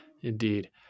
Indeed